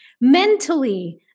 mentally